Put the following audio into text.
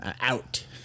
out